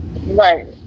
Right